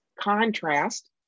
contrast